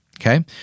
okay